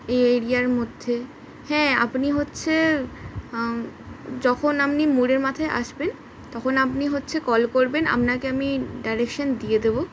এই এরিয়ার মধ্যে হ্যাঁ আপনি হচ্ছে যখন আপনি মোড়ের মাথায় আসবেন তখন আপনি হচ্ছে কল করবেন আপনাকে আমি ডাইরেকশান দিয়ে দেবো